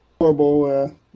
horrible